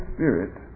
Spirit